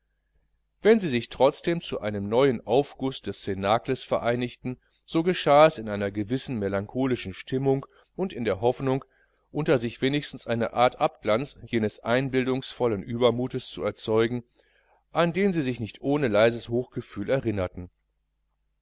wenn sie sich trotzdem zu einem neuen aufguß des cnacles vereinigten so geschah es in einer gewissen melancholischen stimmung und in der hoffnung unter sich wenigstens eine art abglanz jenes einbildungsvollen übermutes zu erzeugen an den sie sich nicht ohne ein leises hochgefühl erinnerten